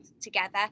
together